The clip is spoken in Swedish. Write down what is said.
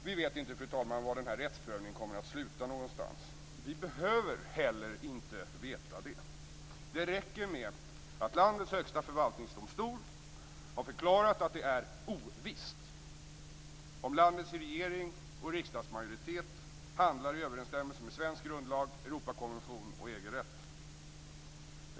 Vi vet inte var rättsprövningen kommer att sluta. Vi behöver heller inte veta det. Det räcker med att landets högsta förvaltningsdomstol har förklarat att det är "ovisst" om landets regering och riksdagsmajoritet handlar i överensstämmelse med svensk grundlag, Europakonventionen och EG-rätten.